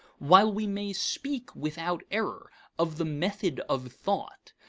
while we may speak, without error, of the method of thought,